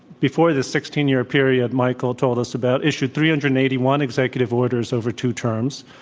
before the sixteen year period michael told us about, issued three hundred and eighty one executive orders over two terms.